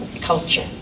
culture